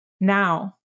now